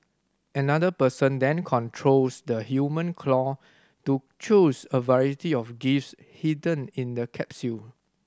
another person then controls the human claw to choose a variety of gifts hidden in the capsule